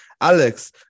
Alex